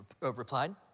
replied